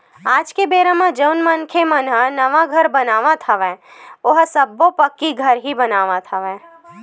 आज के बेरा म जउन मनखे मन ह नवा घर बनावत हवय ओहा सब्बो पक्की घर ही बनावत हवय